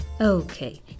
Okay